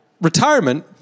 retirement